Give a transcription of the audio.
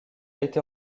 été